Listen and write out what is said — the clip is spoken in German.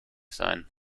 sein